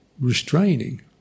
restraining